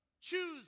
Choose